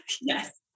Yes